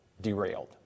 derailed